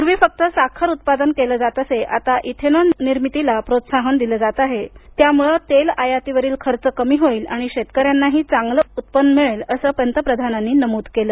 पूर्वी फक्त साखर उत्पादन केले जात असे आता इथेनॉल उत्पादनाला प्रोत्साहन दिले जात आहे यामुळे तेल आयातीवर खर्च कमी होईल आणि शेतकऱ्यांना चांगले उत्पन्न मिळेल असंही पंतप्रधानांनी नमूद केलं